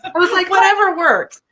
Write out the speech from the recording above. i was like whatever works.